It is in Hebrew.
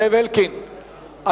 זאב אלקין,